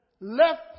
left